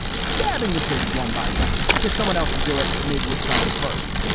stabbing the pigs one by one. you get someone else to do it. maybe you stun him first.